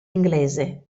inglese